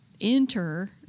enter